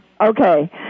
Okay